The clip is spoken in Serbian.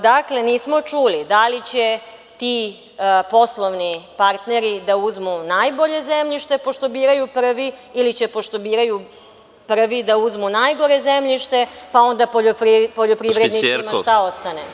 Dakle, nismo čuli da li će ti poslovni partneri da uzmu najbolje zemljište pošto biraju prvi, ili će pošto biraju prvi da uzmu najgore zemljište, pa onda poljoprivrednicima šta ostane.